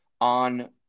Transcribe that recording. on